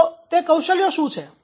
તો તે કૌશલ્યો શું છે